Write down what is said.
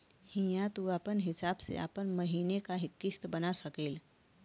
हिंया तू आपन हिसाब से आपन महीने का किस्त बना सकेल